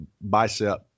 bicep